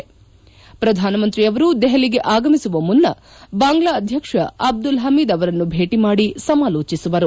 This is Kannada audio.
ನಂತರ ಪ್ರಧಾನಮಂತ್ರಿಯವರು ದೆಹಲಿಗೆ ಆಗಮಿಸುವ ಮುನ್ನ ಬಾಂಗ್ಲಾ ಅಧ್ಯಕ್ಷ ಅಬ್ದುಲ್ ಹಮೀದ್ ಅವರನ್ನು ಭೇಟಿ ಮಾಡಿ ಸಮಾಲೋಚಿಸುವರು